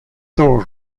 thorne